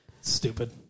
Stupid